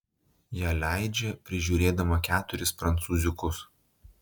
ją leidžia prižiūrėdama keturis prancūziukus